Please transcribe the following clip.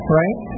right